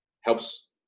helps